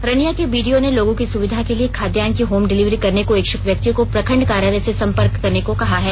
रनिया के बीडीओ ने लोगों की सुविधा के लिए खाद्यान्न की होम डिलीवरी करने को इच्छुक व्यक्तियों को प्रखंड कार्यालय से संपर्क करने को कहा है